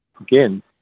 again